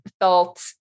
felt